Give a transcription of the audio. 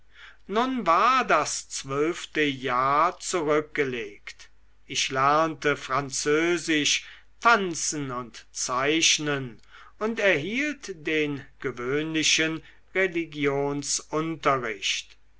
nun war das zwölfte jahr zurückgelegt ich lernte französisch tanzen und zeichnen und erhielt den gewöhnlichen